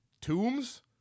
Tombs